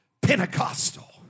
Pentecostal